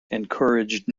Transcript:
encouraged